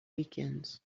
weekends